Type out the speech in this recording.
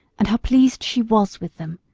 and how pleased she was with them!